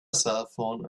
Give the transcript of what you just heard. cellphone